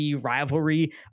rivalry